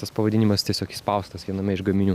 tas pavadinimas tiesiog įspaustas viename iš gaminių